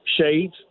shades